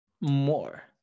more